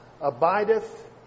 abideth